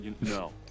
No